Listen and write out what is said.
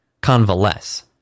convalesce